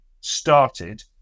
started